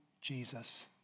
Jesus